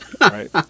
right